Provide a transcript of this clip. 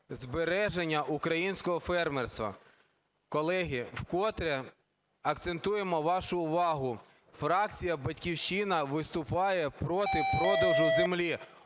збереження українського фермерства? Колеги, вкотре акцентуємо вашу увагу, фракція "Батьківщина" виступає проти продажу землі,